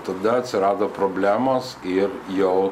tada atsirado problemos ir jau